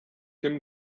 him